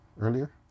earlier